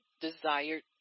desired